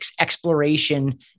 exploration